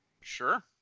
Sure